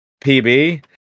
pb